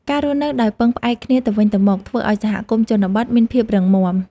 ការរស់នៅដោយពឹងផ្អែកគ្នាទៅវិញទៅមក ធ្វើឱ្យសហគមន៍ជនបទមានភាពរឹងមាំ។